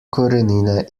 korenine